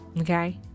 okay